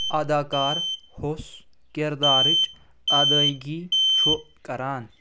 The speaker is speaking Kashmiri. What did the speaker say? اداکار ہُس کِردارٕچ ادٲیگی چھُ کران